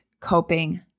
coping